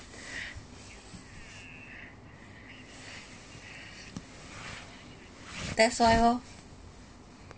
that's why lor